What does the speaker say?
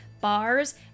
bars